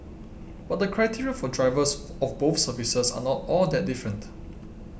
but the criteria for drivers of both services are not all that different